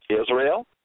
Israel